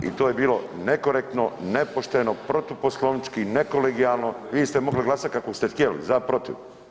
I to je bilo nekorektno, nepošteno, protuposlovnički, nekolegijalno, vi ste mogli glasat kako ste htjeli za ili protiv.